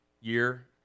year